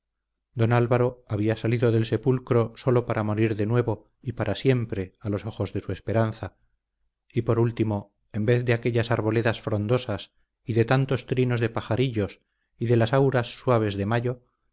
don álvaro había salido del sepulcro sólo para morir de nuevo y para siempre a los ojos de su esperanza y por último en vez de aquellas arboledas frondosas de tantos trinos de pajarillos y de las auras suaves de mayo